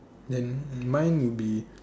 and mine be